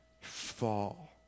fall